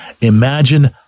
Imagine